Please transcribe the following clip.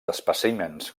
espècimens